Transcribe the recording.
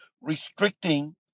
restricting